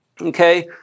Okay